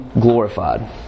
glorified